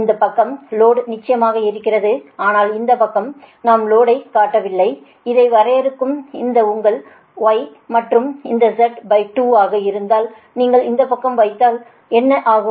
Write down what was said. இந்தப் பக்க லோடு நிச்சயமாக இருக்கிறது ஆனால் இந்தப் பக்கம் நாம் லோடை காட்டவில்லை இதை வரையவும் இது உங்கள் Y மற்றும் இது Z2 ஆக இருந்தால் நீங்கள் இந்தப் பக்கம் வைத்தால் என்ன ஆகும்